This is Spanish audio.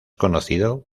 conocido